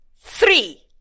three